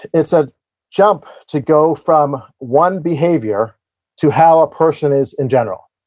it's a jump to go from one behavior to how a person is in general.